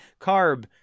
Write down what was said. carb